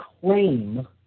claim